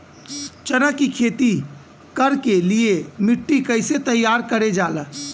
चना की खेती कर के लिए मिट्टी कैसे तैयार करें जाला?